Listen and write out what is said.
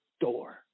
door